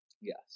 Yes